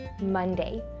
Monday